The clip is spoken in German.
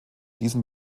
diesem